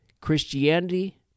Christianity